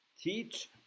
teach